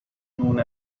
noon